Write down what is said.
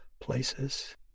places